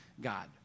God